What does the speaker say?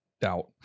doubt